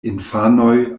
infanoj